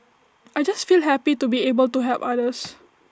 I just feel happy to be able to help others